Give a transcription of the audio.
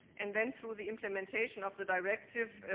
and then through the implementation of the directive,